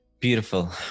Beautiful